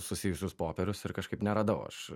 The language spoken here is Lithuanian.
susijusius popierius ir kažkaip neradau aš